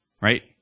Right